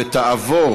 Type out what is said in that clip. ותעבור